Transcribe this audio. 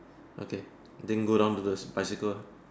okay thing go down to this bicycle ah